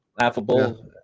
laughable